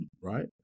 right